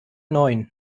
neun